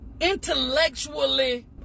intellectually